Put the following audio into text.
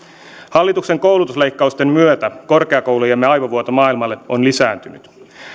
hallituksen koulutusleikkausten myötä korkeakoulujemme aivovuoto maailmalle on lisääntynyt